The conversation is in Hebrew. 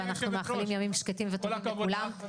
ואנחנו מאחלים ימי שקטים וטובים לכולם.